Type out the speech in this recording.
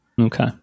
Okay